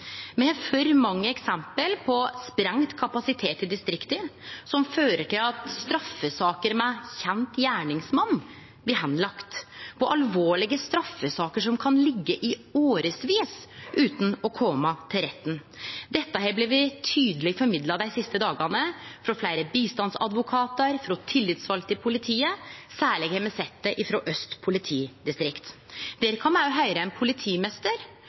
Me har for mange eksempel på sprengt kapasitet i distrikta som fører til at straffesaker med kjend gjerningsmann blir lagde bort, og på alvorlege straffesaker som kan liggje i årevis utan å kome til retten. Dette har blitt tydeleg formidla dei siste dagane frå fleire bistandsadvokatar, og frå tillitsvalde i politiet. Særleg har me sett det frå Aust politidistrikt. Der kan me òg høyre ein